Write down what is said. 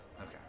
Okay